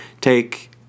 take